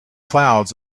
clouds